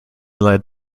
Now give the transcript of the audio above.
led